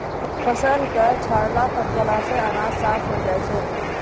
फसल क छाड़ला फटकला सें अनाज साफ होय जाय छै